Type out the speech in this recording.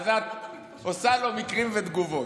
אז את עושה לו מקרים ותגובות.